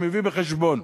שמביא בחשבון